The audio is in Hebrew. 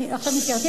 אני עכשיו נזכרת,